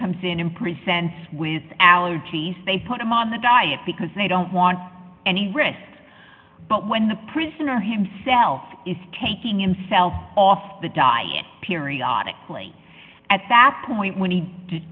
comes in and presents with allergies they put him on the diet because they don't want any risks but when the prisoner himself is taking him self off the diet periodically at that point when he